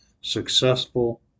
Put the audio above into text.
successful